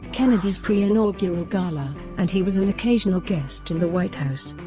kennedy's pre-inaugural gala, and he was an occasional guest in the white house.